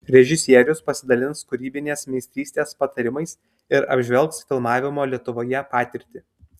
režisierius pasidalins kūrybinės meistrystės patarimais ir apžvelgs filmavimo lietuvoje patirtį